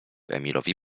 emilowi